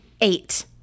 Eight